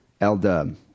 L-dub